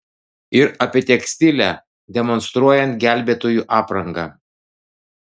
ir apie tekstilę demonstruojant gelbėtojų aprangą